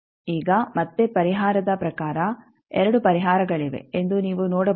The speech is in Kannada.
ಈಗ ಮತ್ತೆ ಪರಿಹಾರದ ಪ್ರಕಾರ 2 ಪರಿಹಾರಗಳಿವೆ ಎಂದು ನೀವು ನೋಡಬಹುದು